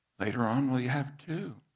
later on will you have two?